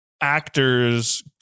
actors